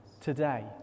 today